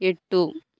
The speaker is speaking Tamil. எட்டு